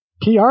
PR